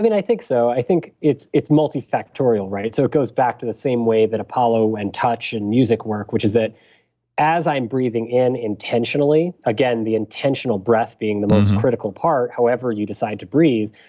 i mean, i think so. i think it's it's multifactorial, right? so it goes back to the same way that apollo and touch and music work, which is that as i'm breathing in intentionally, again, the intentional breath being the most critical part, however you decide to breathe.